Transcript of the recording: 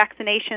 vaccinations